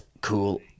cool